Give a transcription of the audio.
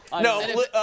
No